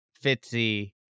Fitzy